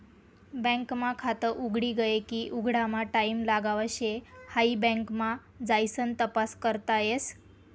bank मा खात उघडी गये की उघडामा टाईम लागाव शे हाई बँक मा जाइसन तपास करता येस